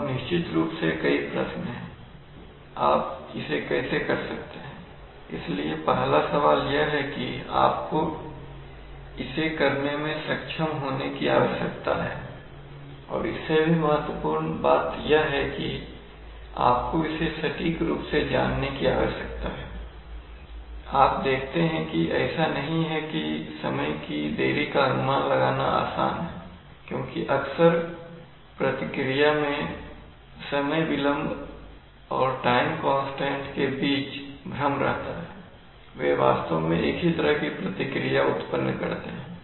अब निश्चित रूप से कई प्रश्न हैं कि आप इसे कैसे कर सकते हैं इसलिए पहला सवाल यह है कि आपको इसे करने में सक्षम होने की आवश्यकता है और इससे भी महत्वपूर्ण बात यह है कि आपको इसे सटीक रूप से जानने की आवश्यकता है आप देखते हैं कि ऐसा नहीं है कि समय की देरी का अनुमान लगाना आसान है क्योंकि अक्सर प्रतिक्रिया में समय विलंब और टाइम कांस्टेंट के बीच भ्रम रहता है वे वास्तव में एक ही तरह की प्रतिक्रिया उत्पन्न करते हैं